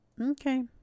Okay